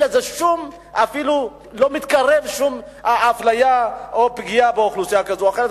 זה אפילו לא מתקרב שום אפליה או פגיעה באוכלוסייה כזו או אחרת.